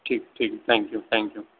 ٹھیک ٹھیک thank you thank you